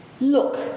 Look